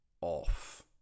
off